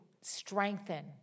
strengthen